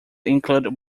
include